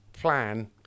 plan